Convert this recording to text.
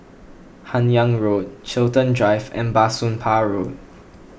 Hun Yeang Road Chiltern Drive and Bah Soon Pah Road